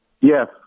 Yes